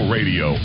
Radio